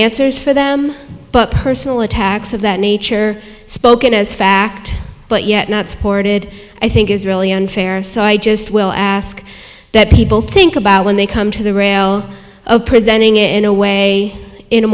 answers for them but personal attacks of that nature spoken as fact but yet not supported i think is really unfair so i just will ask that people think about when they come to the rail presenting it in a way in a